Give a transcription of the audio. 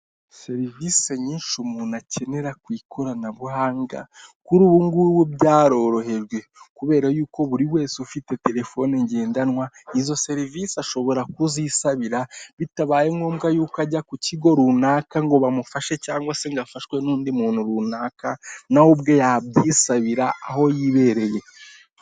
Serivisi nyinshi umuntu akenera ku ikoranabuhanga kuri ubu ngubu byarorohejwe, kubera yuko buri wese ufite terefoni ngendanwa, izo serivisi ashobora kuzisabira, bitabaye ngombwa yuko ajya ku kigo runaka ngo bamufashe cyangwa se ngo ya afashwe n'undi muntu runaka, na we ubwe yabyisabira aho yibereye.